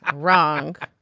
ah wrong.